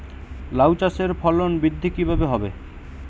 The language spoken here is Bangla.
লাউ চাষের ফলন বৃদ্ধি কিভাবে হবে?